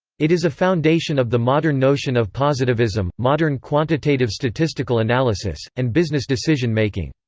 it is a foundation of the modern notion of positivism, modern quantitative statistical analysis, and business decision-making.